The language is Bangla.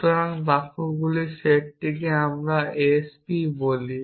সুতরাং বাক্যগুলির সেটটিকে আমরা s p বলি